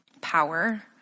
Power